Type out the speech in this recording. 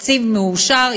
תקציב מאושר,